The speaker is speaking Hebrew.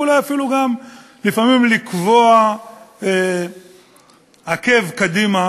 ואולי אפילו גם לפעמים לקבוע עקב קדימה